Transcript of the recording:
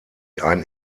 ein